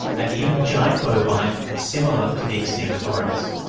and even giant bovine, similar to the extinct aurochs.